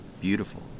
beautiful